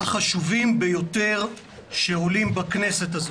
החשובים ביותר שעולים בכנסת הזאת.